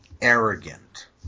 arrogant